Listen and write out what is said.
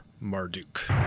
Marduk